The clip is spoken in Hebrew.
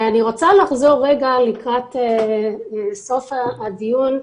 לקראת סוף הדיון,